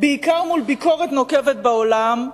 בעיקר מול ביקורת נוקבת בעולם,